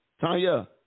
Tanya